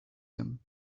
them